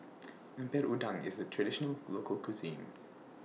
Lemper Udang IS A Traditional Local Cuisine